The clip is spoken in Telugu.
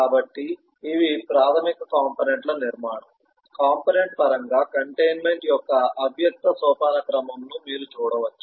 కాబట్టి ఇవి ప్రాథమిక కంపోనెంట్ ల నిర్మాణం కంపోనెంట్ పరంగా కంటైన్మెంట్ యొక్క అవ్యక్త సోపానక్రమం ను మీరు చూడవచ్చు